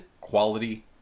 quality